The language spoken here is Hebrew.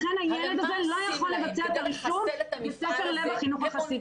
לכן הילד הזה לא יכול לבצע את הרישום בבית ספר לב החינוך החסידי.